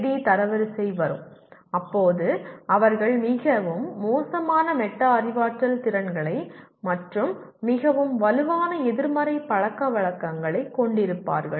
D தரவரிசை வரும் அப்போது அவர்கள் மிகவும் மோசமான மெட்டா அறிவாற்றல் திறன்களை மற்றும் மிகவும் வலுவான எதிர்மறை பழக்கவழக்கங்களைக் கொண்டிருப்பார்கள்